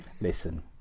Listen